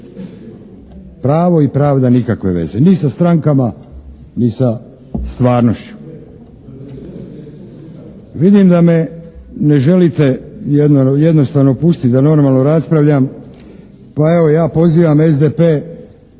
pravo i pravda nikakve veze ni sa strankama ni sa stvarnošću. …/Upadica se ne čuje./… Vidim da me ne želite jednostavno pustiti da normalno raspravljam pa evo ja pozivam SDP